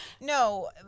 No